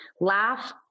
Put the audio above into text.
laugh